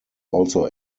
also